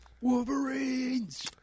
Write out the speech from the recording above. Wolverines